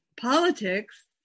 politics